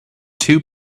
two